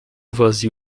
vazio